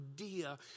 idea